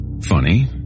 Funny